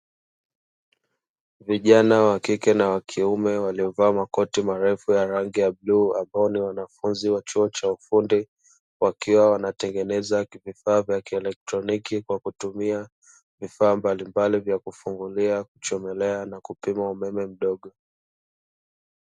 Vijana wa kike na wa kiume waliovalia makoti marefu ya rangi ya buluu ambao ni wanafunzi wa chuo cha ufundi, wakiwa wanatengeneza vifaa vya kielektroniki kwa kutumia vifaa mbalimbali vya kufungulia, kuchomelea na kupima umeme mdogo.